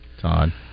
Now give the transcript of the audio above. Todd